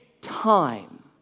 time